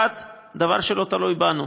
1. דבר שלא תלוי בנו,